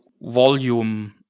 volume